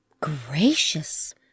Gracious